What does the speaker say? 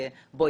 בוא,